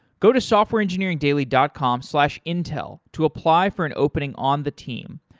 go to softwareengineeringdaily dot com slash intel to apply for an opening on the team.